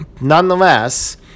Nonetheless